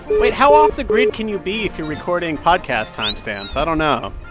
wait. how off the grid can you be if you're recording podcast time stamps? i don't know.